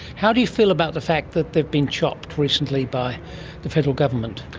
how do you feel about the fact that they've been chopped recently by the federal government?